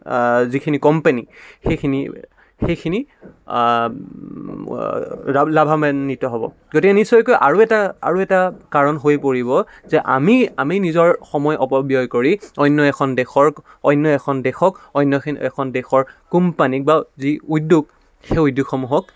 যিখিনি কোম্পেনী সেইখিনি সেইখিনি লাভাৱান্বিত হ'ব গতিকে নিশ্চয়কৈ আৰু এটা আৰু এটা কাৰণ হৈ পৰিব যে আমি আমি নিজৰ সময় অপব্যয় কৰি অন্য এখন দেশৰ অন্য এখন দেশক অন্য এখন দেশৰ কোম্পানীক বা যি উদ্যোগ সেই উদ্যোগসমূহক